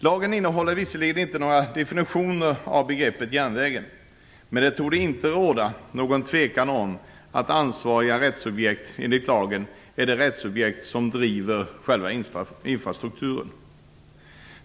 Lagen innehåller visserligen inte några definitioner av begreppet järnvägen, men det torde inte råda något tvivel om att ansvariga rättssubjekt enligt lagen är de rättssubjekt som driver själva infrastrukturen.